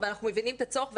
ואנחנו מבינים את הצורך.